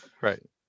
Right